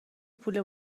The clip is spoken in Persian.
پول